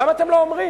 למה אתם לא אומרים?